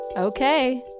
Okay